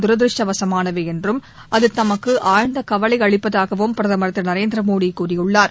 தரதிருஷ்டவசமானவை என்றும் அது தமக்கு ஆழ்ந்த கவலை அளிப்பதாகவும் பிரதம் திரு நரேந்திரமோடி கூறியுள்ளார்